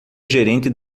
gerente